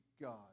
God